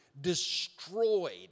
destroyed